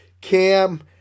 Cam